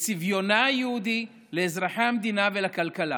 לצביונה היהודי, לאזרחי המדינה ולכלכלה.